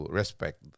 respect